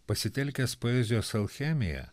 pasitelkęs poezijos alchemiją